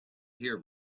hear